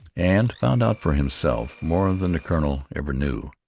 and found out for himself more than the colonel ever knew.